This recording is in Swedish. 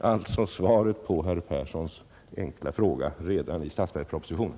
alltså så att svaret på herr Perssons fråga finns i statsverkspropositionen.